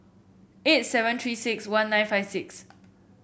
eight seven Three six one nine five six